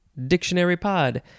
DictionaryPod